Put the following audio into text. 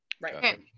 Right